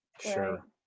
sure